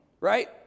right